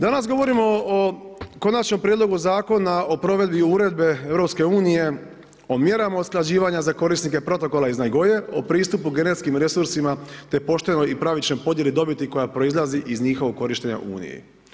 Danas govorimo o Konačnom prijedlogu Zakona o provedbi Uredbe EU o mjerama usklađivanja za korisnike protokola iz Nagoje, o pristupu genetskim resursima te poštenom i pravičnoj podijeli dodjeli, koja proizlazi iz njihovog korištenja Unije.